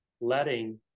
letting